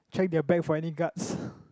check their bags finding cards